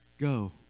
Go